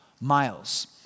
miles